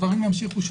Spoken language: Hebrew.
מדברים על